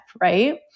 right